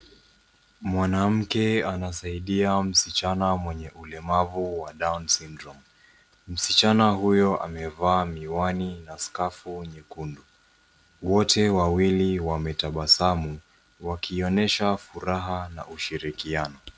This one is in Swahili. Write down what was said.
Mwanamke anasaidia msichana mwenye ulemavu wa Down Syndrome . Msichana huyo amevaa miwani na scurf nyekundu. Wote wawili wametabasamu wakionyesha furaha na ushirikiano.